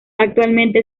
actualmente